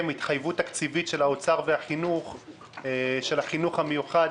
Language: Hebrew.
התחייבות תקציבית של האוצר והחינוך של החינוך המיוחד,